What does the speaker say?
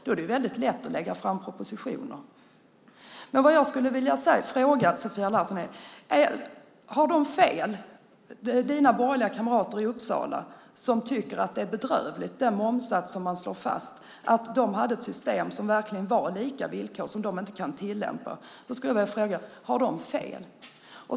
Då är det väldigt lätt att lägga fram propositioner. Men vad jag skulle vilja fråga Sofia Larsen är: Har dina borgerliga kamrater i Uppsala fel som tycker att det är bedrövligt med den momssats som man slår fast? De hade ett system som verkligen innebar lika villkor som de inte kan tillämpa. Jag skulle vilja fråga: Har de fel?